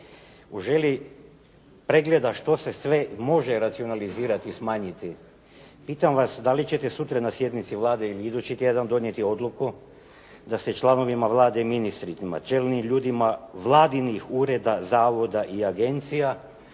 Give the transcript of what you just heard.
U želji pregleda što se sve može racionalizirati i smanjiti, pitam vas dali ćete sutra na sjednici Vlade ili idući tjedan donijeti odluku da se članovima Vlade, ministrima i čelnim ljudima Vladinih ureda, zavoda i agencija